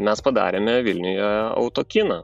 mes padarėme vilniuje autokiną